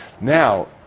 Now